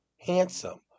handsome